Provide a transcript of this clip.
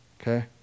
Okay